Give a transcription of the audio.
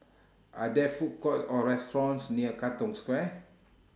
Are There Food Courts Or restaurants near Katong Square